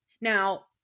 Now